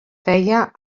feia